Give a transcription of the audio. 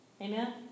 amen